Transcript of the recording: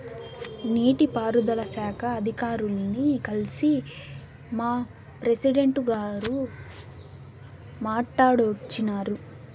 నీటి పారుదల శాఖ అధికారుల్ని కల్సి మా ప్రెసిడెంటు గారు మాట్టాడోచ్చినారు